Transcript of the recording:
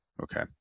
okay